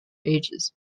ages